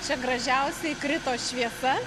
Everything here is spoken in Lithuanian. čia gražiausiai krito šviesa